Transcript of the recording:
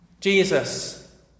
Jesus